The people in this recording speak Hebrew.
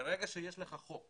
ברגע שיש לך חוק